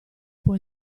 può